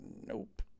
Nope